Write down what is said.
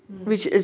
mm